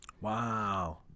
Wow